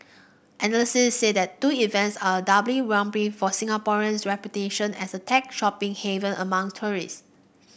analysts said the two events are a double whammy for Singapore's reputation as a tech shopping haven among tourist